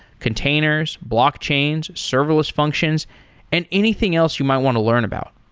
containers, blockchains, serverless functions and anything else you might want to learn about.